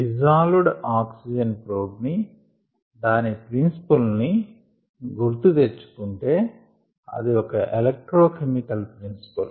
dissolved oxygen probe ని దాని principle ని గుర్తు తెచ్చు కుంటే అది ఒక ఎలెక్రో కెమికల్ ప్రిన్సిపుల్